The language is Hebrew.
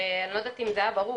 אני לא יודעת אם זה היה ברור,